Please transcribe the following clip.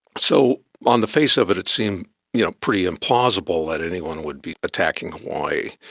so on the face of it, it seemed yeah pretty implausible that anyone would be attacking hawaii.